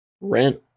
rent